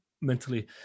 mentally